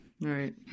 right